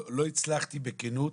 לא הצלחתי בכנות